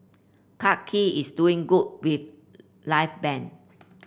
Clarke Quay is doing good with live band